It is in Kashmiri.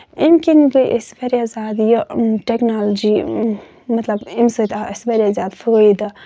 أمہِ کِنۍ گٔے أسۍ واریاہ زیادٕ یہِ ٹیٚکنالجی مطلب اَمہِ سۭتۍ آو اَسہِ واریاہ زیادٕ فٲیدٕ